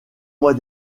mois